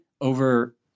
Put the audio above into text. over